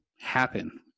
happen